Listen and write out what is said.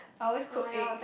I always cook egg